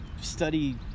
study